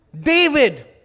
David